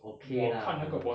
okay lah